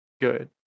good